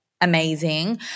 amazing